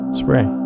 spray